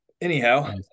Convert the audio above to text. Anyhow